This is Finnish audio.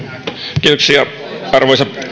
arvoisa